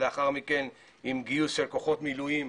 לאחר מכן עם גיוס של כוחות מילואים,